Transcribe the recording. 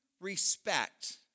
respect